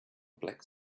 black